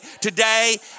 today